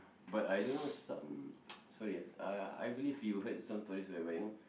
but I don't know some sorry ah uh I believe you heard some stories whereby you know